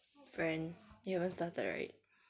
friend you haven't started right